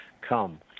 Come